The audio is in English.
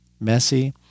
messy